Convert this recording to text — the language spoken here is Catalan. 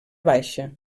baixa